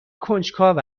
کنجکاو